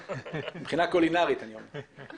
מבחינה קולינארית אני אומר.